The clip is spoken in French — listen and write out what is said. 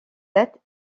date